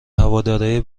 هوادارای